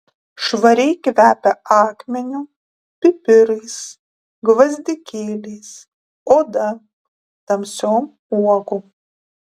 švariai kvepia akmeniu pipirais gvazdikėliais oda tamsiom uogom